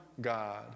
God